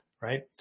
right